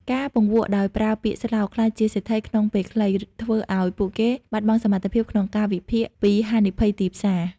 ការពង្វក់ដោយប្រើពាក្យស្លោក "ក្លាយជាសេដ្ឋីក្នុងពេលខ្លី" ធ្វើឱ្យពួកគេបាត់បង់សមត្ថភាពក្នុងការវិភាគពីហានិភ័យទីផ្សារ។